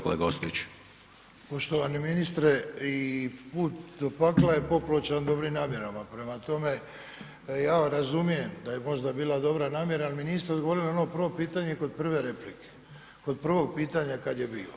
Poštovani ministre i put do pakla je popločan dobrim namjerama, prema tome ja razumijem da je možda bila dobra namjera, ali mi niste odgovorili na ono prvo pitanje kod prve replike, kod prvog pitanja kad je bilo.